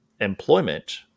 employment